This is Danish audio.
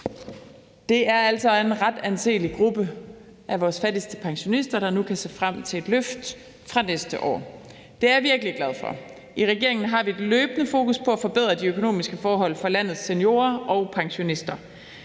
Det er altså en ret anselig gruppe af vores fattigste pensionister, der nu kan se frem til et løft fra næste år. Det er jeg virkelig glad for. I regeringen har vi et løbende fokus på at forbedre de økonomiske forhold for landets seniorer og pensionister.